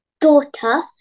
daughter